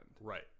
Right